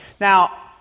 Now